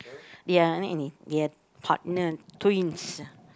ya they are partner twins ah